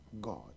God